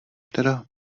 teda